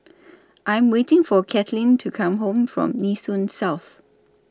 I Am waiting For Katlynn to Come Home from Nee Soon South